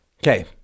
Okay